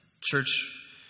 church